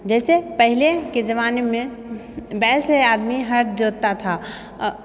जैसे पहिलेके जमानेमे बैलसँ आदमी हल जोतता था